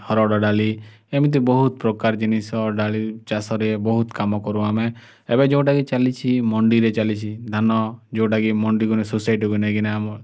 ହରଡ଼ ଡ଼ାଲି ଏମିତି ବହୁତ ପ୍ରକାର ଜିନିଷ ଡ଼ାଲି ଚାଷରେ ବହୁତ କାମ କରୁ ଆମେ ଏବେ ଯେଉଁଟା କି ଚାଲିଛି ମଣ୍ଡିରେ ଚାଲିଛି ଧାନ ଯେଉଁଟା କି ମଣ୍ଡିକୁ ନେଇ ସୋସାଇଟିକୁ ନେଇକିନା